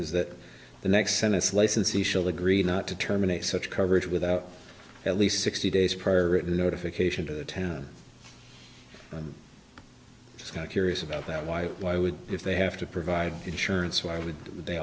is that the next sentence licensee shall agreed not to terminate such coverage without at least sixty days prior written notification to the town just got curious about that why why would if they have to provide insurance why would they